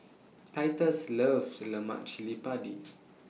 Titus loves Lemak Cili Padi